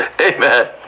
Amen